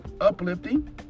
uplifting